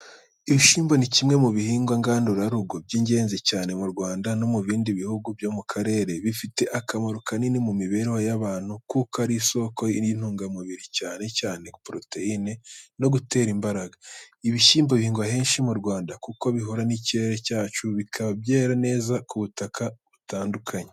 Ibishyimbo ni kimwe mu bihingwa ngandurarugo by’ingenzi cyane mu Rwanda no mu bindi bihugu byo mu karere. Bifite akamaro kanini mu mibereho y’abantu kuko ari isoko y’intungamubiri cyane cyane poroteyine no gutera imbaraga. Ibishyimbo bihingwa henshi mu Rwanda kuko bihura n’ikirere cyacu, bikaba byera neza ku butaka butandukanye.